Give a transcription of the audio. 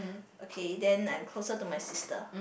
okay then I'm closer to my sister